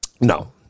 No